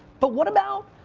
but what about,